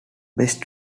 best